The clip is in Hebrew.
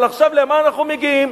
אבל עכשיו למה אנחנו מגיעים?